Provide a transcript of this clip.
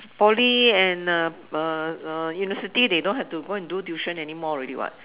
Poly and uh uh uh university they don't have to go and do tuition anymore already [what]